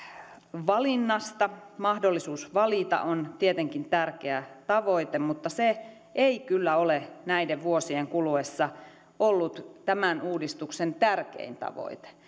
valinnasta mahdollisuus valita on tietenkin tärkeä tavoite mutta se ei kyllä ole näiden vuosien kuluessa ollut tämän uudistuksen tärkein tavoite